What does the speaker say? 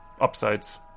upsides